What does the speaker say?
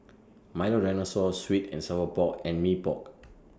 Milo Dinosaur Sweet and Sour Pork and Mee Pok